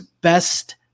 best